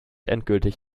endgültig